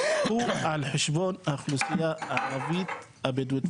הוא על חשבון האוכלוסייה הערבית הבדואית.